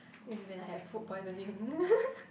is when I have food poisoning